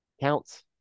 Counts